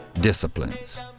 disciplines